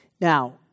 Now